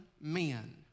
men